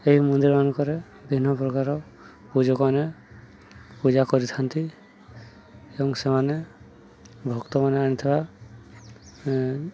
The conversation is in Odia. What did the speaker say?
ଏହି ମନ୍ଦିର ମାନଙ୍କରେ ବିଭିନ୍ନ ପ୍ରକାର ପୂଜକମାନେ ପୂଜା କରିଥାନ୍ତି ଏବଂ ସେମାନେ ଭକ୍ତମାନେ ଆଣିଥିବା